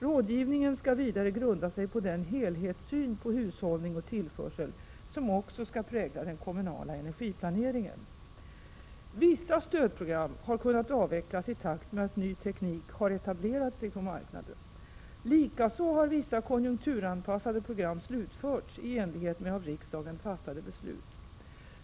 Rådgivningen skall vidare grunda sig på den helhetssyn på hushållning och tillförsel som också skall prägla den kommunala energiplaneringen. Vissa stödprogram har kunnat avvecklas i takt med att ny teknik etablerat sig på marknaden. Likaså har vissa konjunkturanpassade program slutförts i enlighet med av riksdagen fattade beslut.